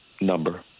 number